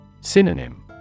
Synonym